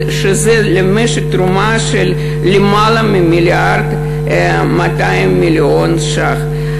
שזה תרומה למשק של למעלה מ-1.2 מיליארד ש"ח.